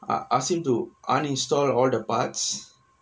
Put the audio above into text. I asked him to uninstall all the parts